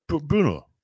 Bruno